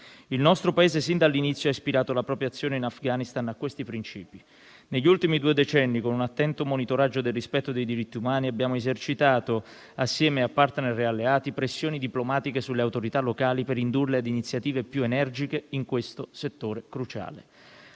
Il nostro Paese sin dall'inizio ha ispirato la propria azione in Afghanistan a questi principi. Negli ultimi due decenni, con un attento monitoraggio del rispetto dei diritti umani, abbiamo esercitato, assieme a *partner* e alleati, pressioni diplomatiche sulle autorità locali per indurle a iniziative più energiche in questo settore cruciale.